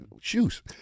shoes